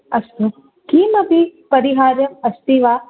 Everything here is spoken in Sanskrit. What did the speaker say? अस्तु किमपि परिहारः अस्ति वा